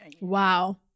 Wow